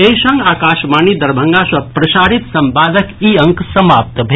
एहि संग आकाशवाणी दरभंगा सँ प्रसारित संवादक ई अंक समाप्त भेल